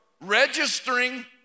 registering